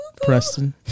Preston